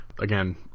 again